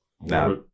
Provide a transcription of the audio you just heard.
Now